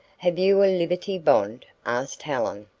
have you a liberty bond? asked helen.